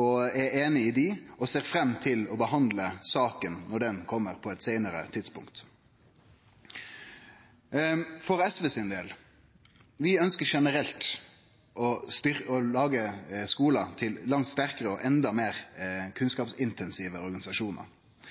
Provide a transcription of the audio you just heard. og ser fram til å behandle saka, når ho kjem på eit seinare tidspunkt. For SV sin del ønskjer vi generelt å gjere skular til langt sterkare og endå meir kunnskapsintensive organisasjonar.